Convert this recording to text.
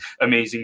amazing